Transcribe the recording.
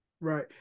Right